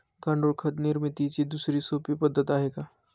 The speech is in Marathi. गांडूळ खत निर्मितीची दुसरी सोपी पद्धत आहे का?